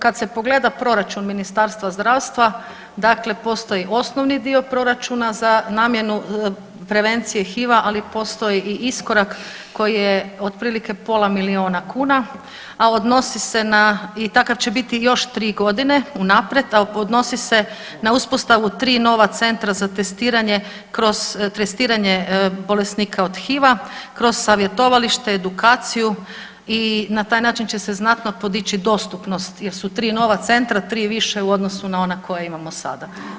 Kad se pogleda proračun Ministarstva zdravstva, dakle postoji osnovni dio proračuna za namjenu prevencije HIV-a, ali postoji i iskorak koji je otprilike pola milijuna kuna, a odnosi se na, i takav će biti još 3.g. unaprijed, a odnosi se na uspostavu 3 nova centra za testiranje kroz testiranje bolesnika od HIV-a, kroz savjetovalište, edukaciju i na taj način će se znatno podići dostupnost jer su 3 nova centra, 3 više u odnosu na ona koja imamo sada.